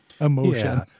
emotion